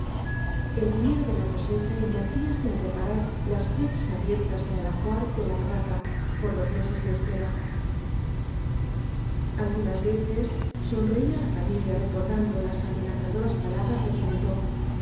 el dinero de la cosecha invertíase en reparar las brechas abiertas en el ajuar de la barraca por los meses de espera algunas veces sonreía la familia recordando las amenazadoras palabras de pimentó